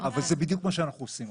אבל זה בדיוק מה שאנחנו עושים עכשיו.